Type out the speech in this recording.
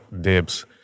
dibs